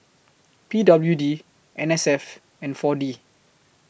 P W D N S F and four D